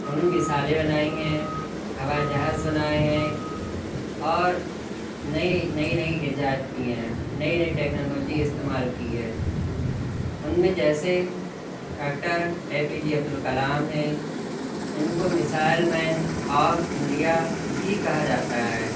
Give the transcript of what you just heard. انہوں نے میزائلیں بنائی ہیں ہوائی جہاز بنائے ہیں اور نئی نئی نئی ایجاد کیے ہیں نئی نئی ٹیکنالوجی استعمال کی ہے ان میں جیسے doctor A P J Abdul Kalam ہیں ان کو میسائل مین آف انڈیا بھی کہا جاتا ہے